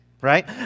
Right